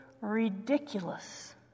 ridiculous